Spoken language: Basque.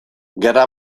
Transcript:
gerra